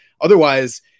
Otherwise